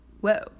Whoa